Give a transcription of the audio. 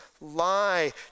lie